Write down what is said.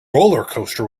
rollercoaster